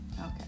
Okay